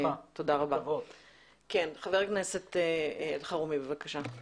חבר הכנסת אלחרומי, בבקשה.